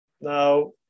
Now